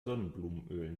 sonnenblumenöl